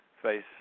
Face